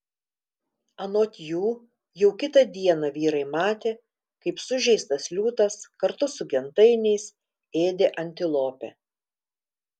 anot jų jau kitą dieną vyrai matė kaip sužeistas liūtas kartu su gentainiais ėdė antilopę